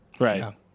Right